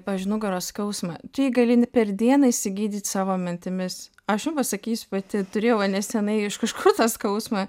pavyzdžiui nugaros skausmą tu jį gali per dieną išsigydyt savo mintimis aš jum pasakysiu pati turėjau va nesenai iš kažkur tą skausmą